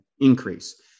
increase